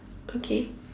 okay